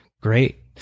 Great